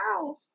Wow